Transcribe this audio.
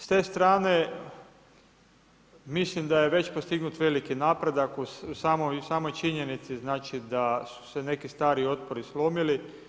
S te strane mislim da je postignut veliki napredak u samoj činjenici da su se neki stari otpori slomili.